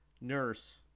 nurse